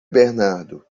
bernardo